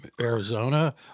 Arizona